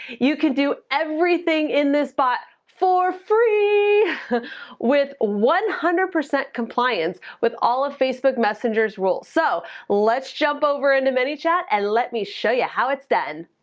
you can do everything in this bot for free with one hundred percent compliance with all of facebook messengers rules. so let's jump over into manyhachat and let me know show you how it's done.